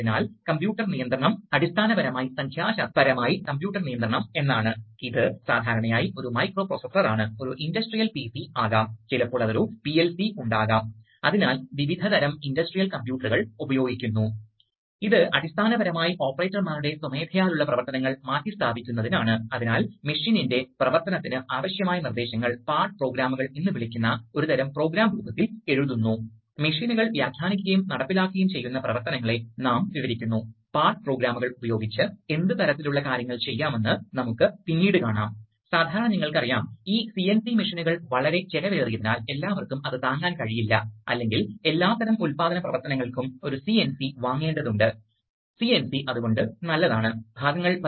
അതിനാൽ സിലിണ്ടർ വേഗത്തിൽ നീങ്ങുന്ന നിമിഷം ഉടനടി ഫ്ലോ കൺട്രോൾ വാൽവ് സിലിണ്ടറിനെ ദുർബലപ്പെടുത്തുന്ന പ്രവണത സൃഷ്ടിക്കുന്നു അതിനാൽ ഇത് ഒരുതരം നെഗറ്റീവ് ഫീഡ്ബാക്കാണ് ഇത് സിലിണ്ടർ ചലനത്തെ സ്ഥിരപ്പെടുത്തും അതിനാൽ അപ്ലിക്കേഷൻ ഇവിടെ കാണിച്ചിരിക്കുന്നു അതായത് ദ്രാവകം ഒഴുകുമ്പോൾ അത് ഈ പാതയിലൂടെ ഒഴുകുന്നു അതിനാൽ ഫ്ലോ കൺട്രോൾ വാൽവിനെ മറികടക്കുന്ന ഒരു ചെക്ക് വാൽവ് ഉണ്ട് അതിനാൽ ഇത് ഇതിലേക്ക് പോകും അത് ഇവിടെയും പ്രവേശിക്കും പക്ഷേ അത് പുറത്തുവരുമ്പോൾ പുറംതള്ളുന്ന ദ്രാവകം ചെക്ക് വാൽവിലൂടെ കടന്നുപോകാൻ കഴിയില്ല കാരണം അതിന് ഈ വഴി ഒഴുകാൻ കഴിയില്ല